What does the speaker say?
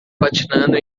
patinando